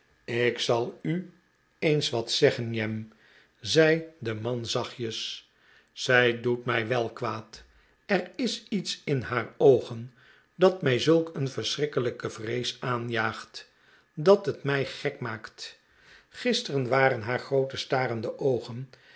ik zal u eens wat zeggen jem zei de man zaehtjes zij doet mij wel kwaad er is lets in haar oogen dat mij zulk een verschrikkelijke vrees aanjaagt dat het mij gek maakt gisteren waren haar groote starende oogen